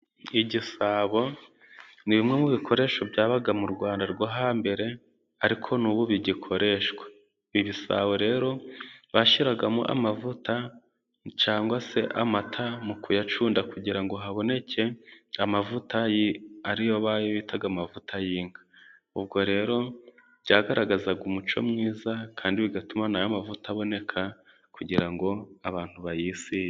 Igisabo ni bimwe mu bikoresho byabaga mu Rwanda rwo hambere, ariko n'ubu bigikoreshwa. Ibisabo rero, bashyiragamo amavuta cyangwa se amata, mu kuyacunda kugira ngo haboneke amavuta ari yo bayitaga amavuta y'inka. Ubwo rero byagaragazaga umuco mwiza kandi bigatuma ayo mavuta aboneka, kugira ngo abantu bayisige.